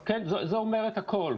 כן, זה אומר את הכול.